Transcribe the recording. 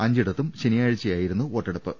അഞ്ചിടത്തും ശനിയാഴ്ചയായിരുന്നു വോട്ടെടുപ്പ്